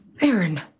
Aaron